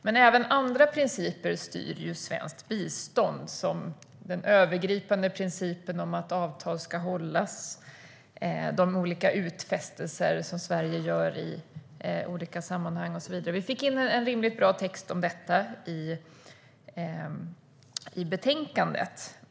Men även andra principer styr svenskt bistånd, såsom den övergripande principen om att avtal ska hållas, de olika utfästelser som Sverige gör i skilda sammanhang och så vidare. Vi fick in en rimligt bra text om det i betänkandet.